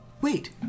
wait